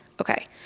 Okay